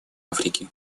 африке